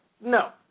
no